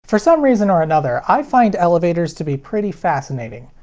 for some reason or another, i find elevators to be pretty fascinating.